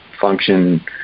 function